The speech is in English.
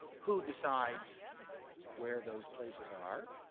who decides where those places are?